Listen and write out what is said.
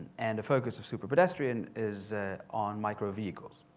and the focus of superpedestrian is on micro vehicles.